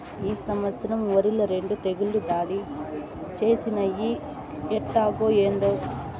ఈ సంవత్సరం ఒరిల రెండు తెగుళ్ళు దాడి చేసినయ్యి ఎట్టాగో, ఏందో